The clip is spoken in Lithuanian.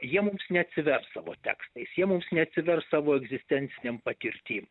jie mums neatsivers savo tekstais jie mums neatsivers savo egzistencinėm patirtim